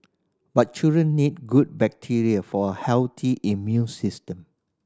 but children need good bacteria for a healthy immune system